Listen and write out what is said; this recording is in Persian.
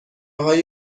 های